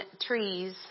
trees